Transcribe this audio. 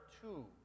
two